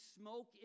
smoke